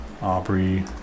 Aubrey